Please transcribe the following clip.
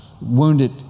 wounded